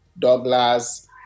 Douglas